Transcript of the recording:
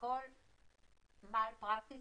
כרגע יצרנו איתם מסלול,